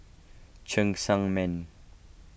Cheng Tsang Man